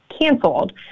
canceled